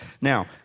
Now